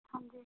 ਹਾਂਜੀ